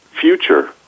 future